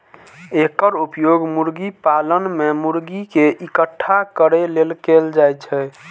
एकर उपयोग मुर्गी पालन मे मुर्गी कें इकट्ठा करै लेल कैल जाइ छै